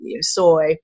soy